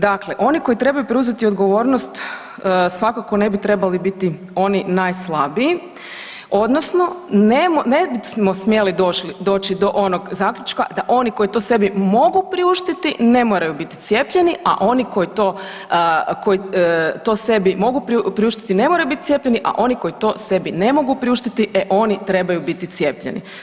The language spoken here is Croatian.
Dakle, oni koji trebaju preuzeti odgovornost, svakako ne bi trebali biti oni najslabiji, odnosno ne bismo smjeli doći do onog zaključka da oni koji to sebi mogu priuštiti, ne moraju biti cijepljeni a oni koji to sebi mogu priuštiti, ne moraju biti cijepljeni a oni koji to sebi ne mogu priuštiti, e oni trebaju biti cijepljeni.